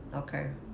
okay